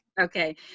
Okay